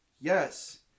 yes